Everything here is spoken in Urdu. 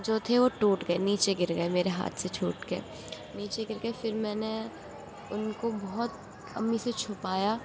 جو تھے وہ ٹوٹ گئے نیچے گر گئے میرے ہاتھ سے چھوٹ کے نیچے گر گئے پھر میں نے ان کو بہت امی سے چھپایا